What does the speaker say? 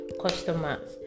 customers